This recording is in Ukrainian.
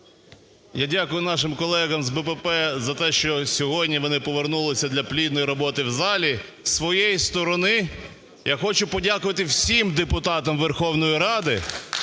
Я дякую нашим колегам з БПП за те, що сьогодні вони повернулися для плідної роботи в залі. Зі своєї сторони, я хочу подякувати всім депутатам Верховної Ради